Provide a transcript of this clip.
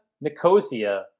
Nicosia